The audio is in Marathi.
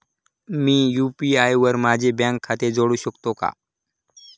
मी यु.पी.आय वर माझे बँक खाते जोडू शकतो का?